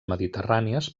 mediterrànies